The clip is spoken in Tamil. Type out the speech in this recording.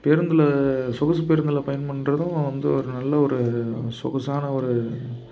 பேருந்தில் சொகுசு பேருந்தில் பயணம் பண்ணுறதும் வந்து ஒரு நல்ல ஒரு சொகுசான ஒரு